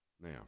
Now